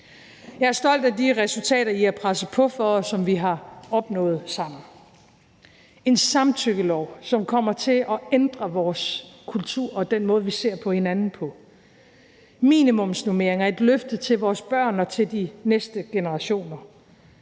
Jeg er stolt af de resultater, I har presset på for at få, og som vi har opnået sammen: en samtykkelov, som kommer til at ændre vores kultur og den måde, som vi ser på hinanden på, minimumsnormeringer, som er et løfte til vores børn og til de næste generationer,